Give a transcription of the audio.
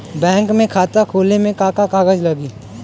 Bank में खाता खोले मे का का कागज लागी?